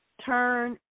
Turn